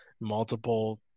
multiple